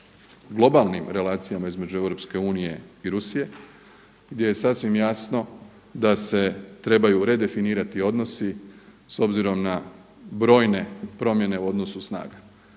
globalnim relacijama između EU i Rusije gdje je sasvim jasno da se trebaju redefinirati odnosi s obzirom na brojne promjene u odnosu snaga.